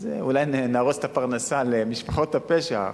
אז אולי נהרוס את הפרנסה למשפחות הפשע,